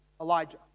Elijah